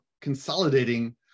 consolidating